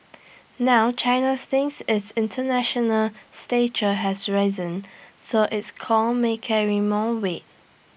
now China thinks its International stature has risen so its call may carry more weight